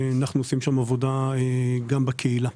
אנחנו עושים שם עבודה גם בקהילה.